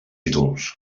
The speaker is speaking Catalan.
títols